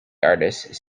artists